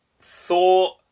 thought